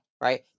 right